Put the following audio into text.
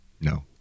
No